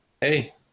hey